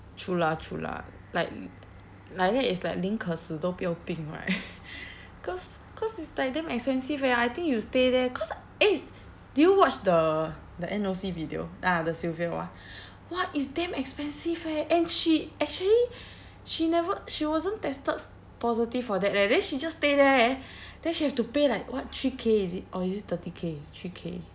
true lah true lah like like that it's like 宁可死都不要病 right cause cause it's like damn expensive eh I think you stay there cause eh did you watch the the N_O_C video ah the sylvia one !wah! it's damn expensive eh and she actually she never she wasn't tested positive for that leh then she just stay there then she have to pay like what three K is it or is it thirty K three K